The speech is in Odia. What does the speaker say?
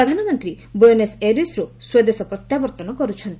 ପ୍ରଧାନମନ୍ତ୍ରୀ ବୁଏନସ୍ ଏଇରେସ୍ରୁ ସ୍ୱଦେଶ ପ୍ରତ୍ୟାବର୍ତ୍ତନ କରୁଛନ୍ତି